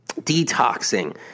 detoxing